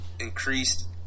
increased